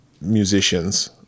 musicians